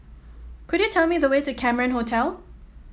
could you tell me the way to Cameron Hotel